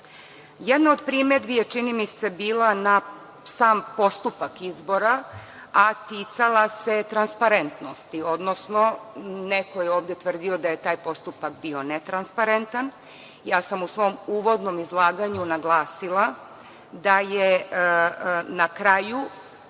od primedbi je čini mi se bila na sam postupak izbora, a ticala se transparentnosti, odnosno neko je ovde tvrdio da je taj postupak bio netransparentan. Ja sam u svom uvodnom izlaganju naglasila da su na kraju